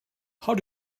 how